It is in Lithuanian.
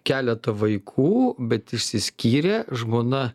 keletą vaikų bet išsiskyrė žmona